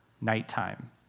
nighttime